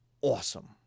awesome